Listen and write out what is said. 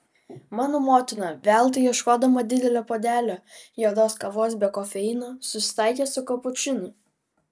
mano motina veltui ieškodama didelio puodelio juodos kavos be kofeino susitaikė su kapučinu